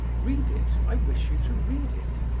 read it, i wish you to read it.